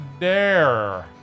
Dare